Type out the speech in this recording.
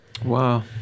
Wow